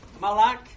Malak